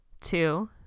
two